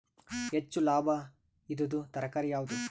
ಹೆಚ್ಚು ಲಾಭಾಯಿದುದು ತರಕಾರಿ ಯಾವಾದು?